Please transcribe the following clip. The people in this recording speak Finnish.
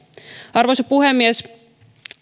arvoisa puhemies